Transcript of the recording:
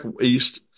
east